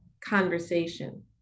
conversation